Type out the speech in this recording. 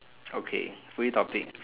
okay three topics